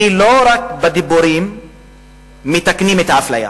כי לא רק בדיבורים מתקנים את האפליה